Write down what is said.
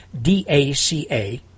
DACA